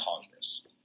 Congress